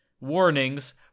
warnings